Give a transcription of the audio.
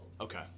Okay